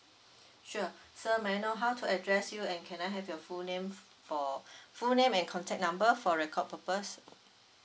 sure so may I know how to address you and can I have your full name for full name and contact number for record purpose